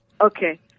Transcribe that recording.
Okay